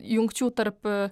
jungčių tarp aaa